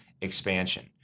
expansion